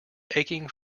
aching